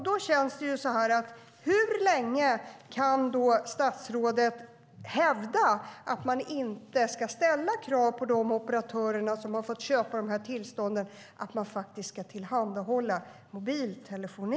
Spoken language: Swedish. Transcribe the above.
Då känns det så här: Hur länge kan statsrådet hävda att man inte ska ställa krav på de operatörer som har fått köpa dessa tillstånd att de ska tillhandahålla mobiltelefoni?